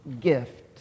gift